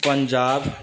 Punjab